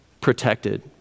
protected